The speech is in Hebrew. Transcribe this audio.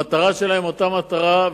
המטרה שלה היא אותה מטרה,